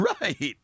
Right